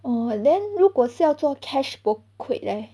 orh then 如果是要做 cash bouquet leh